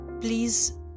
please